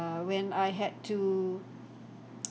when I had to